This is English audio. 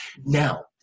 Now